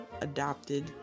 adopted